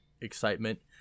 excitement